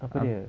apa dia